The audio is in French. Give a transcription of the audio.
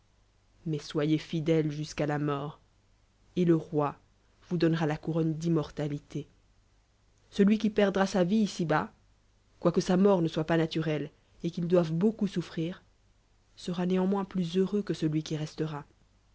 mais bayez fidèles jusqu'à la mort et te roi vons donnera la courpnne d'immortalité célui qui perdra sa vie ici-bas quoique sa mort ne soit pas naturelle et qu'il doive beaucoup souffrir sera néanmoins plus heureux que celui qui katera